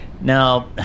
Now